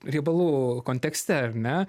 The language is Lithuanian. riebalų kontekste ar ne